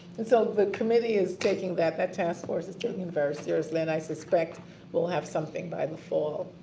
and so the committee is taking that. that task force is taking and very serious and i suspect we'll have something by the fall.